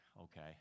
okay